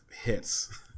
hits